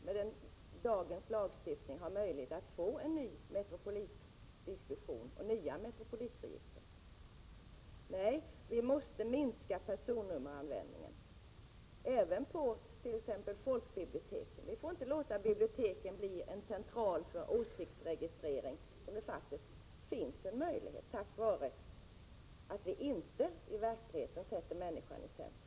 Med dagens lagstiftning skulle vi ju faktiskt kunna råka ut för ett nytt Metropolitregister. Nej, vi måste minska personnummeranvändningen, även på t.ex. folkbiblioteken. Vi får inte låta biblioteken bli en central för åsiktsregistrering, vilket det faktiskt finns risk för genom att man inte i verkligheten sätter människan i centrum.